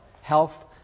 health